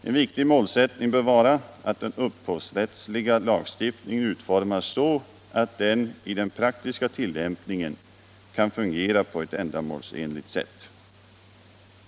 En viktig målsättning bör vara att den upphovsrättsliga lagstiftningen utformas så att den i den praktiska tillämpningen kan fungera på ett ändamålsenligt sätt.